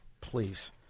Please